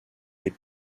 les